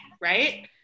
right